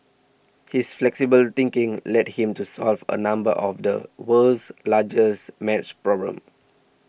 his flexible thinking led him to solve a number of the world's largest maths problems